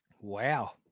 Wow